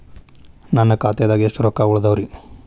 ನನ್ನ ಖಾತೆದಾಗ ಎಷ್ಟ ರೊಕ್ಕಾ ಉಳದಾವ್ರಿ?